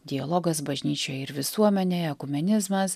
dialogas bažnyčioje ir visuomenėje ekumenizmas